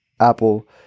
apple